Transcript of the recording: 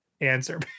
answer